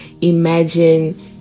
imagine